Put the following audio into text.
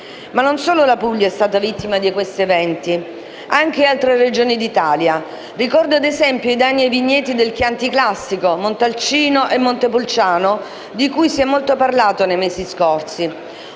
Ma non solo la Puglia è stata vittima di questi eventi; anche altre Regioni d'Italia. Ricordo, ad esempio, i danni ai vigneti del Chianti classico, Montalcino e Montepulciano, di cui si è molto parlato nei mesi scorsi.